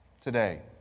Today